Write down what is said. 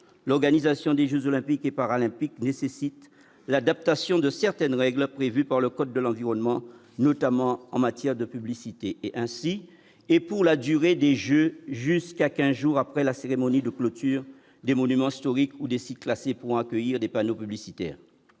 l'organisation des Jeux olympiques et paralympiques nécessite l'adaptation de certaines règles prévues par le code de l'environnement, notamment en matière de publicité ainsi et pour la durée des Jeux jusqu'à 15 jours après la cérémonie de clôture des monuments historiques ou des sites classés pour accueillir des panneaux publicitaires,